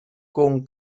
con